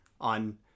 on